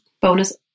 bonus